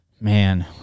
Man